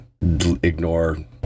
ignore